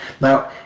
now